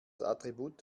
attribut